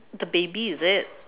the baby is it